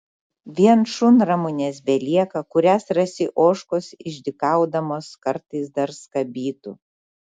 vien šunramunės belieka kurias rasi ožkos išdykaudamos kartais dar skabytų